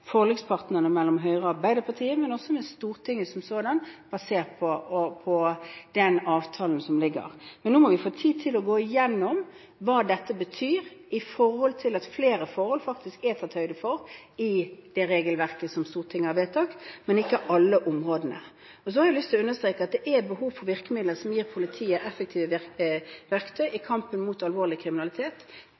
forlikspartnerne, med Arbeiderpartiet og med Stortinget som sådant, basert på den avtalen som ligger. Men nå må vi få tid til å gå igjennom hva dette betyr, når det faktisk er tatt høyde for flere forhold i det regelverket som Stortinget har vedtatt, men ikke alle områdene. Så har jeg lyst til å understreke at det er behov for virkemidler som gir politiet effektive verktøy i kampen mot alvorlig kriminalitet.